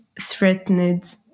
threatened